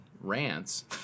rants